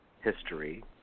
history